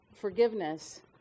Forgiveness